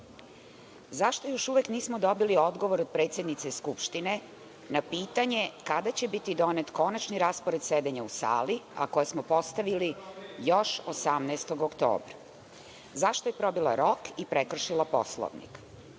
još uvek nismo dobili odgovor od predsednice Skupštine na pitanje – kada će biti donet konačan raspored sedenja u sali, a koje smo postavili još 18. oktobra? Zašto je probila rok i prekršila Poslovnik?